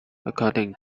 according